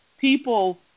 people